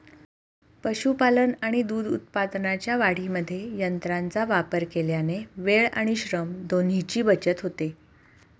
पशुपालन आणि दूध उत्पादनाच्या वाढीमध्ये यंत्रांचा वापर केल्याने वेळ आणि श्रम दोन्हीची बचत होते